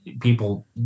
people